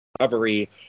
recovery